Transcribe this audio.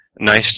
nice